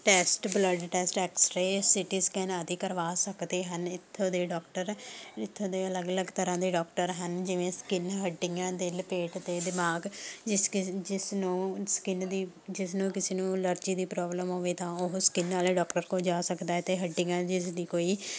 test blood test X ray C T scan ਆਦਿ ਕਰਵਾ ਸਕਦੇ ਹਨ ਇਥੋਂ ਦੇ ਡੋਕਟਰ ਇੱਥੋਂ ਦੇ ਅਲੱਗ ਅਲੱਗ ਤਰ੍ਹਾਂ ਦੇ ਡੋਕਟਰ ਹਨ ਜਿਵੇਂ ਸਕਿੱਨ ਹੱਡੀਆਂ ਦੇ ਪੇਟ ਅਤੇ ਦਿਮਾਗ ਜਿਸ ਨੂੰ ਸਕਿੱਨ ਦੀ ਜਿਸਨੂੰ ਕਿਸੇ ਨੂੰ ਐਲਰਜੀ ਦੀ ਪ੍ਰੋਬਲਮ ਹੋਵੇ ਤਾਂ ਉਹ ਸਕਿੱਨ ਵਾਲੇ ਡੋਕਟਰ ਕੋਲ ਜਾ ਸਕਦਾ ਅਤੇ ਹੱਡੀਆਂ ਜਿਸ ਦੀ ਕੋਈ